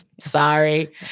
Sorry